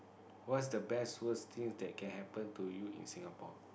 what's the best worst things that can happen to you in Singapore